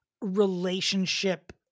relationship